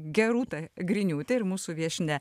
gerūta griniūte ir mūsų viešnia